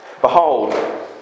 Behold